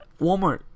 Walmart